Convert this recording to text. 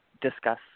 discuss